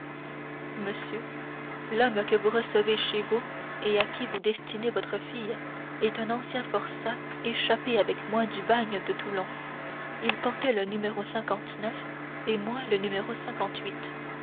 monsieur l'homme que vous recevez chez vous et à qui vous destinez votre fille est un ancien forçat échappé avec moi du bagne de toulon il portait le n et moi le